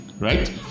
right